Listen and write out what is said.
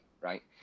right